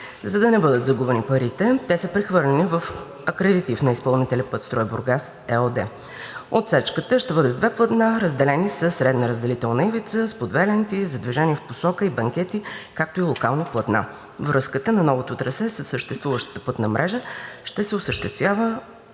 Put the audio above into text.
За да не бъдат загубени парите, те са прехвърлени в акредитив на изпълнителя „Пътстрой Бургас“ ЕООД. Отсечката ще бъде с две платна, разделени със средна разделителна ивица, с по две ленти за движение в посока и банкети, както и локални платна. Връзката на новото трасе със съществуващата пътна мрежа ще се осъществява